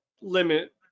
limit